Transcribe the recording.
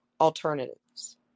alternatives